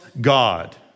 God